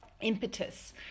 impetus